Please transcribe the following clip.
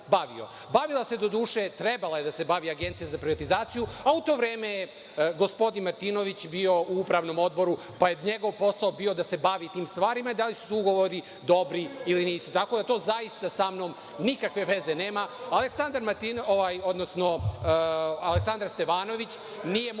bavio. Bavila se, doduše, trebala je da se bavi Agencija za privatizaciju, a u to vreme je gospodin Martinović bio u Upravnom odboru, pa je njegov posao bio da se bavi tim stvarima i da li su ugovori dobri ili nisu. Tako da to, zaista, sa mnom nikakve veze nema. Aleksandar Stevanović nije moj kum,